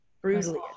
brutally